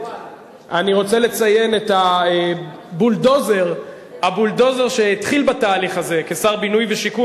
אני רוצה לציין את הבולדוזר שהתחיל בתהליך הזה כשר בינוי ושיכון,